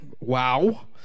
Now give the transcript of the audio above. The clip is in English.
Wow